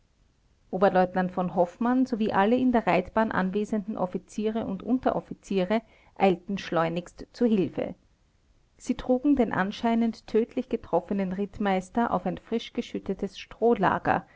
oberleutnant v hoffmann sowie alle in der reitbahn anwesenden offiziere und unteroffiziere eilten schleunigst zu hilfe sie trugen den anscheinend tödlich getroffenen rittmeister auf ein frisch geschüttetes strohlager